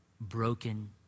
broken